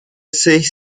sich